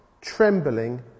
trembling